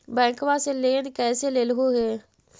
बैंकवा से लेन कैसे लेलहू हे?